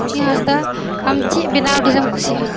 ᱪᱩᱲᱠᱤ ᱦᱟᱸᱥᱫᱟ ᱟᱢ ᱪᱮᱫ ᱵᱮᱱᱟᱣ ᱫᱷᱮᱨᱮᱢ ᱠᱩᱥᱤᱭᱜᱼᱟ